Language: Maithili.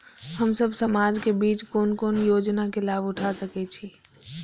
हम सब समाज के बीच कोन कोन योजना के लाभ उठा सके छी?